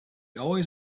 always